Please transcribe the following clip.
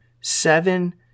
Seven